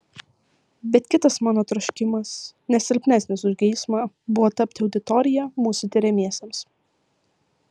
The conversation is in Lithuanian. bet kitas mano troškimas ne silpnesnis už geismą buvo tapti auditorija mūsų tiriamiesiems